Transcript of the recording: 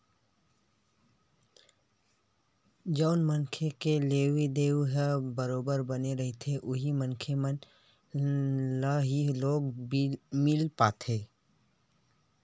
जउन मनखे के लेवइ देवइ ह बरोबर बने रहिथे उही मनखे मन ल ही लोन मिल पाथे